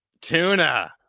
Tuna